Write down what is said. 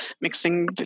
mixing